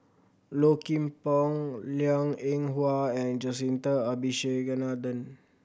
Low Kim Pong Liang Eng Hwa and Jacintha Abisheganaden